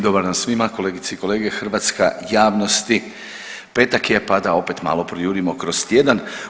Dobar dan svima, kolegice i kolege, hrvatska javnosti, petak je pa da opet malo projurimo kroz tjedan.